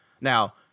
Now